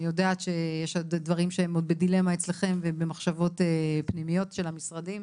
אני יודעת שיש דברים שהם עוד בדילמה אצלכם ובמחשבות פנימיות של המשרדים,